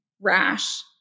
rash